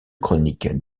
chroniques